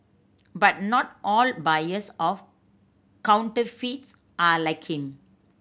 but not all buyers of counterfeits are like him